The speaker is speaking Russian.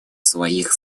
своих